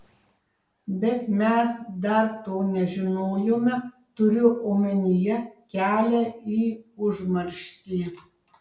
bet mes dar to nežinojome turiu omenyje kelią į užmarštį